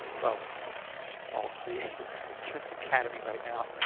well it's just all creator academy right now.